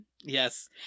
yes